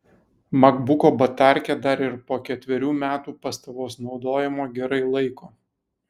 makbuko batarkė dar ir po ketverių metų pastovaus naudojimo gerai laiko